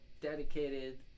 dedicated